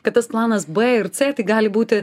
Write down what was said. kad tas planas b ir c tai gali būti